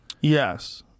Yes